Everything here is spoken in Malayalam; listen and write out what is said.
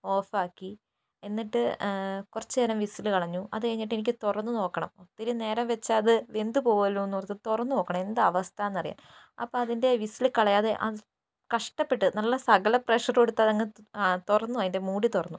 ഓഫാക്കി എന്നിട്ട് കുറച്ചുനേരം വിസിൽ കളഞ്ഞു അതു കഴിഞ്ഞിട്ടെനിക്ക് തുറന്ന് നോക്കണം ഒത്തിരി നേരം വച്ചാൽ അത് വെന്ത് പോകുമല്ലോയെന്നോർത്ത് തുറന്ന് നോക്കണം എന്താ അവസ്ഥ എന്നറിയാൻ അപ്പം അതിൻ്റെ വിസിൽ കളയാതെ കഷ്ടപ്പെട്ട് നല്ല സകല പ്രഷറും എടുത്ത് അതങ്ങ് തുറന്നു അതിൻ്റെ മൂടി തുറന്നു